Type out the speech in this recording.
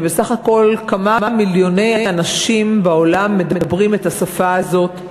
ובסך הכול כמה מיליוני אנשים בעולם מדברים את השפה הזאת,